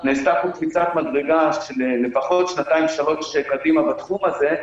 נעשתה בחודש הזה קפיצת מדרגה של לפחות שנתיים שלוש קדימה בתחום הזה,